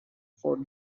for